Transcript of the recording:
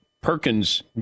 Perkins